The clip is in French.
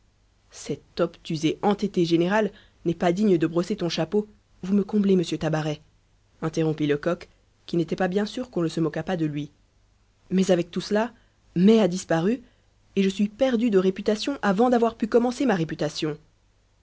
cet obtus et entêté général n'est pas digne de brosser ton chapeau vous me comblez monsieur tabaret interrompit lecoq qui n'était pas bien sûr qu'on ne se moquât pas de lui mais avec tout cela mai a disparu et je suis perdu de réputation avant d'avoir pu commencer ma réputation